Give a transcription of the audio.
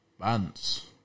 bands